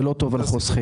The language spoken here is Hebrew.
זה לא טוב לחוסכים.